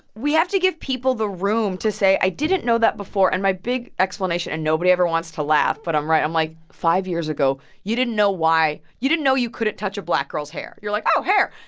we have to give give people the room to say, i didn't know that before. and my big explanation and nobody ever wants to laugh, but i'm right. i'm like, five years ago, you didn't know why you didn't know you couldn't touch a black girl's hair. you're like, oh, hair.